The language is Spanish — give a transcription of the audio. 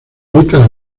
meta